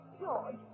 George